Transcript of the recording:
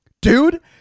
dude